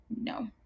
no